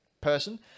person